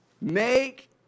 Make